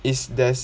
is there's